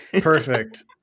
Perfect